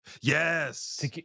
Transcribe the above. Yes